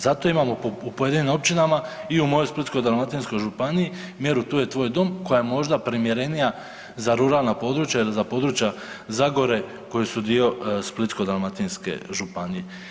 Zato imamo u pojedinim općinama i u mojoj Splitsko-dalmatinskoj županiji mjeru Tu je tvoj dom, koja je možda primjerenija za ruralna područja ili za područja Zagore koji su dio Splitsko-dalmatinske županije.